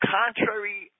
contrary